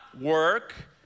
work